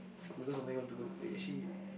because nobody want to go eh actually